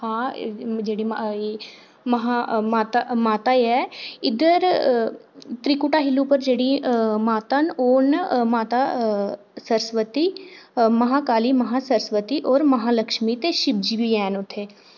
हां जेह्ड़ी महा माता माता ऐ इद्धर त्रिकुटा हिल उप्पर जेह्ड़ी माता न ओह् न माता सरस्वती माहा काली माहा सरस्वती और माहा लक्ष्मी ते शिवजी बी हैन उत्थै